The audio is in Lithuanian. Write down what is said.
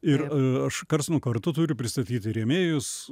ir aš karts nuo karto turiu pristatyti rėmėjus